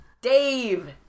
Dave